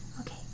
Okay